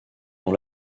dans